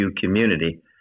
community